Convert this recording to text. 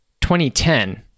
2010